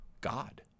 god